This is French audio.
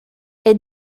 est